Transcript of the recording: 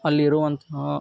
ಅಲ್ಲಿರುವಂಥ